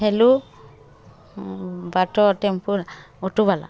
hello ବାଟ tempo ଅଟୋବାଲା